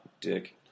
Dick